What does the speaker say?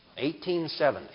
1870